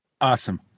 Awesome